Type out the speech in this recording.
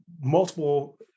multiple